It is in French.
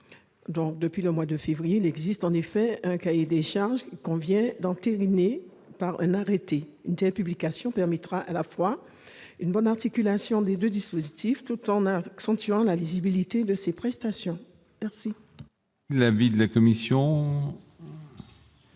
Depuis le mois de février, il existe en effet un cahier des charges qu'il convient d'entériner par un arrêté. Une telle publication permettra une bonne articulation des deux dispositifs, tout en accentuant la lisibilité de ces prestations. Quel est l'avis de la commission ?